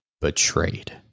betrayed